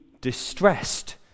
distressed